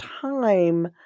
time